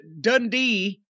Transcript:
Dundee